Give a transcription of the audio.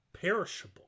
perishable